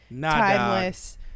timeless